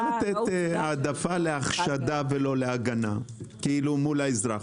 לתת העדפה להחשדה ולא להגנה מול האזרח?